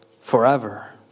forever